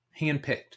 handpicked